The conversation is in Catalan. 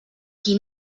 qui